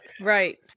Right